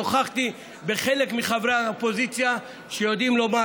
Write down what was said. נוכחתי בחלק מחברי האופוזיציה שיודעים לומר,